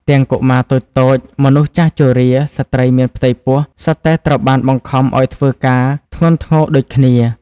ទាំងកុមារតូចៗ មនុស្សចាស់ជរា ស្ត្រីមានផ្ទៃពោះ សុទ្ធតែត្រូវបានបង្ខំឱ្យធ្វើការធ្ងន់ធ្ងរដូចគ្នា។